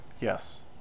yes